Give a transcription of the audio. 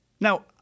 Now